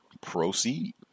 Proceed